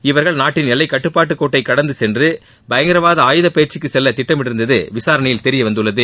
இவர்கள் நாட்டின் எல்லை கட்டுப்பாட்டு கோட்டை கடந்த சென்று பயங்கரவாத ஆயுத பயிற்சிக்கு செல்ல திட்டமிட்டிருந்தது விசாரணையில் தெரியவந்துள்ளது